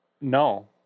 No